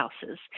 houses